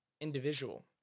individual